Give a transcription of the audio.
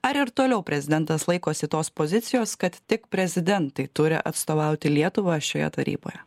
ar ir toliau prezidentas laikosi tos pozicijos kad tik prezidentai turi atstovauti lietuvą šioje taryboje